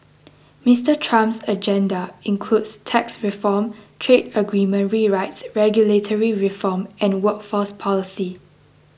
Mister Trump's agenda includes tax reform trade agreement rewrites regulatory reform and workforce policy